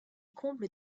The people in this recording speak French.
combles